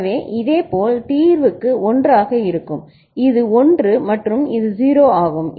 எனவே இதேபோல் தீர்வுக்கு 1 ஆக இருக்கும் இது 1 மற்றும் இது 0 ஆகும்